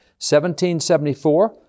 1774